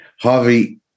Harvey